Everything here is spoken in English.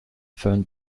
phone